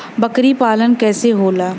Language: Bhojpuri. बकरी पालन कैसे होला?